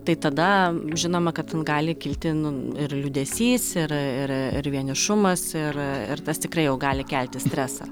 tai tada žinoma kad ten gali kilti nu ir liūdesys ir ir ir vienišumas ir ir tas tikrai jau gali kelti stresą